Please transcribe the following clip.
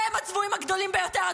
והם הצבועים הגדולים ביותר,